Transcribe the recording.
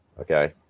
okay